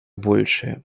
большее